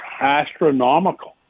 astronomical